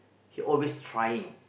he always trying